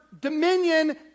dominion